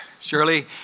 Shirley